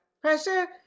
pressure